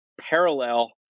parallel